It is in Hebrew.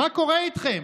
מה קורה איתכם?